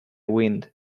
wind